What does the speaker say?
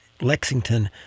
Lexington